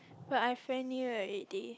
but I friend you already